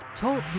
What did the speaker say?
Talk